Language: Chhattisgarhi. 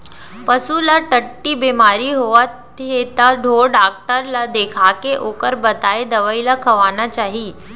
पसू ल टट्टी बेमारी होवत हे त ढोर डॉक्टर ल देखाके ओकर बताए दवई ल खवाना चाही